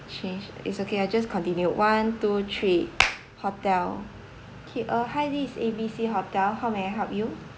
change it's okay I just continue one two three hotel K uh hi this is A B C hotel how may I help you